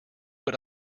but